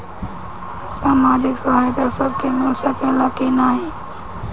सामाजिक सहायता सबके मिल सकेला की नाहीं?